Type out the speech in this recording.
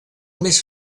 més